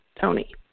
Tony